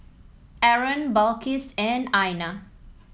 Aaron Balqis and Aina